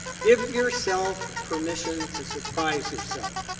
give yourself permission to surprise yourself.